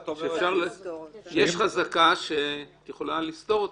יש חזקה שאת יכולה לסתור אותה,